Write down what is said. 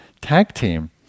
tag-team